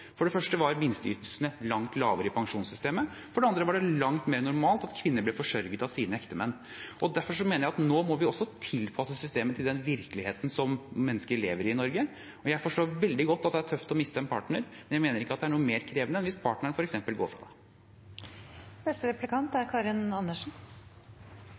For det første var minsteytelsene langt lavere i pensjonssystemet. For det andre var det langt mer normalt at kvinner ble forsørget av sine ektemenn. Derfor mener jeg at nå må vi også tilpasse systemet den virkeligheten som mennesker i Norge lever i. Jeg forstår veldig godt at det er tøft å miste en partner, men jeg mener ikke at det er noe mer krevende enn hvis partneren f.eks. går fra